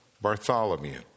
Bartholomew